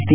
T